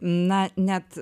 na net